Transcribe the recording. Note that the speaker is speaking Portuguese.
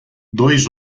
dois